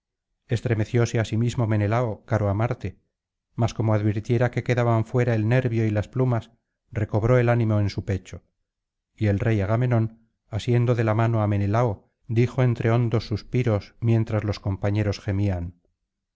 estremecióse asimismo menelao caro á marte mas como advirtiera que quedaban fuera el nervio y las plumas recobró el ánimo en su pecho y el rey agamenón asiendo de la mano á menelao dijo entre hondos suspiros mientras los compañeros gemían